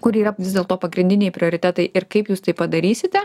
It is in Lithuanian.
kur yra vis dėlto pagrindiniai prioritetai ir kaip jūs tai padarysite